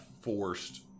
forced